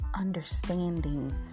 understanding